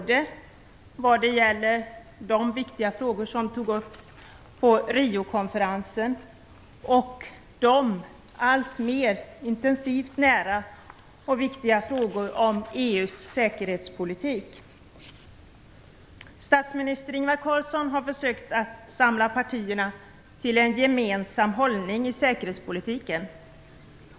Det gäller såväl de viktiga frågor som togs upp på Riokonferensen som de alltmer intensivt nära och viktiga frågorna om Statsminister Ingvar Carlsson har försökt samla partierna till en gemensam hållning i säkerhetspolitiken.